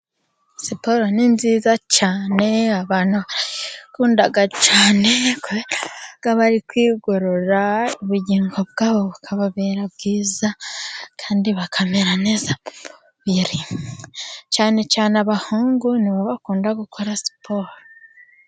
Siporo ni nziza cyane abantu barayikunda cyane baba bari kwigorora, ubugingo bwabo bukababera bwiza kandi bakamera neza, cyane cyane abahungu nibo bakunda gukora siporo.